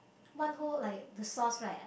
one whole like the sauce right